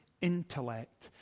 intellect